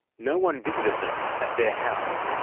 no one visited them at their house.